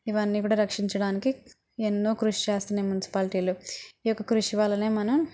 ఇవన్నీ కూడా రక్షించడానికి ఎన్నో కృషి చేస్తన్నాయ్ మునిసిపాలిటీలు ఈ యొక్క కృషి వళ్లనే మనం